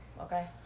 Okay